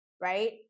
right